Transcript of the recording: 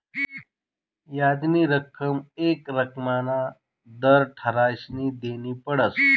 याजनी रक्कम येक रक्कमना दर ठरायीसन देनी पडस